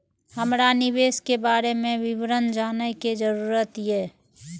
हमरा निवेश के बारे में विवरण जानय के जरुरत ये?